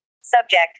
Subject